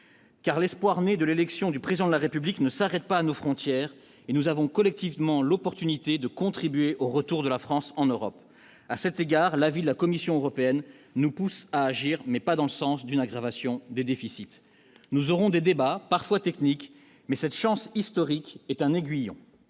car l'espoir né de l'élection du président de la République ne s'arrête pas à nos frontières et nous avons collectivement l'opportunité de contribuer au retour de la France en Europe, à cet égard l'avis de la Commission européenne nous poussent à agir, mais pas dans le sens d'une aggravation des déficits, nous aurons des débats parfois techniques mais cette chance historique est un aiguillon